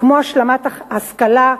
כמו השלמת השכלה,